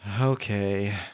Okay